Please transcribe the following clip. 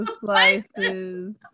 slices